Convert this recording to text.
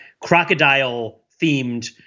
crocodile-themed